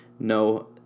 No